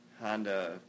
Honda